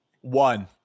One